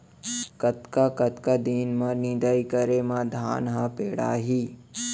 कतका कतका दिन म निदाई करे म धान ह पेड़ाही?